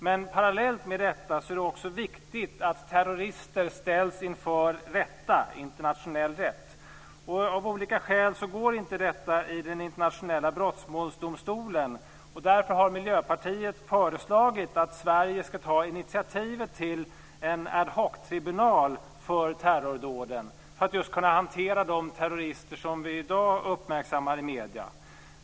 Men parallellt med detta är det också viktigt att terrorister ställs inför rätta i internationell rätt. Av olika skäl går inte detta i den internationella brottmålsdomstolen, och därför har Miljöpartiet föreslagit att Sverige ska ta initiativ till en ad hoc-tribunal för terrordåd - just för att kunna hantera de terrorister som vi i dag uppmärksammar i medierna.